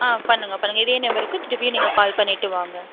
ஆ பண்ணுங்கள் பண்ணுங்கள் இதே நம்பருக்கு திருப்பி நீங்கள் கால் பண்ணிவிட்டு வாங்க